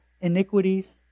iniquities